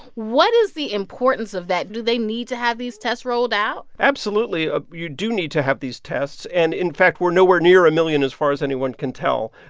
what is the importance of that? do they need to have these tests rolled out? absolutely. ah you you do need to have these tests. and, in fact, we're nowhere near a million as far as anyone can tell.